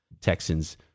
Texan's